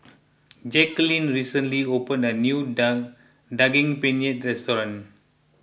Jacquelin recently opened a new down Daging Penyet restaurant